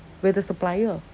we are the supplier